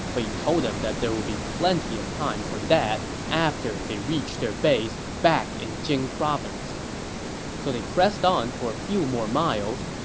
but he told them that there would be plenty of time for that after they reach their base back in jing province so they pressed on for a few more miles,